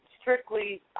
strictly